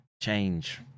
change